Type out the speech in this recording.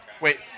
Wait